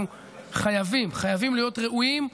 אנחנו חייבים להיות ראויים למאמצים,